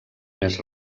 més